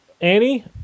Annie